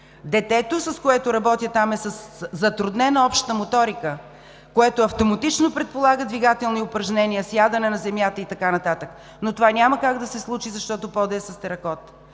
Детето, с което работя там, е със затруднена обща моторика, което автоматично предполага двигателни упражнения, сядане на земята и така нататък, но това няма как да се случи, защото подът е с теракот.